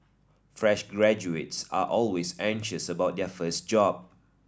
fresh graduates are always anxious about their first job